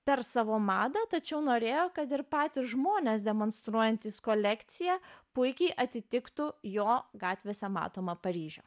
per savo madą tačiau norėjo kad ir patys žmonės demonstruojantys kolekciją puikiai atitiktų jo gatvėse matomą paryžių